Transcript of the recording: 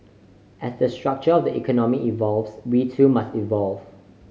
as the structure of the economy evolves we too must evolve